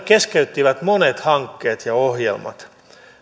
keskeyttivät monet hankkeet ja ohjelmat